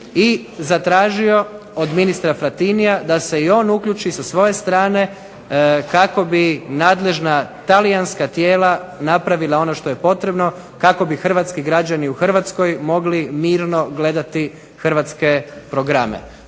i zatražio od ministra Frattinija da se i on uključi sa svoje strane kako bi nadležna talijanska tijela napravila ono što je potrebno, kako bi hrvatski građani u Hrvatskoj mogli mirno gledati hrvatske programe.